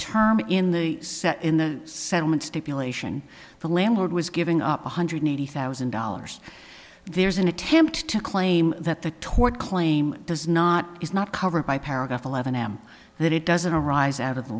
term in the set in the settlement stipulation the landlord was giving up one hundred eighty thousand dollars there's an attempt to claim that the tort claim does not is not covered by paragraph eleven am that it doesn't arise out of the